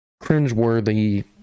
cringe-worthy